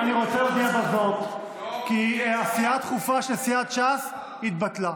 אני רוצה להודיע בזאת כי הישיבה הדחופה של סיעת ש"ס התבטלה.